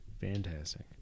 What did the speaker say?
fantastic